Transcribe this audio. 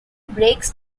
breaks